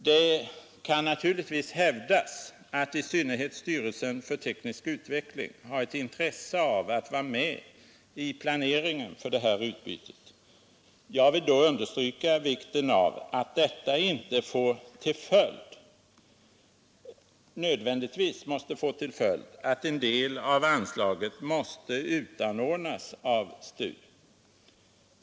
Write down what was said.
Det kan naturligtvis hävdas att i synnerhet Styrelsen för teknisk utveckling har ett intresse av att vara med i planeringen för det här utbytet. Jag vill då understryka vikten av att detta inte nödvändigtvis måste få till följd att en del av anslaget måste utanordnas av STU.